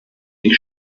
die